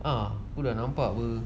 ah aku sudah nampak